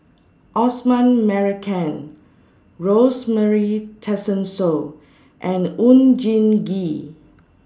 Osman Merican Rosemary Tessensohn and Oon Jin Gee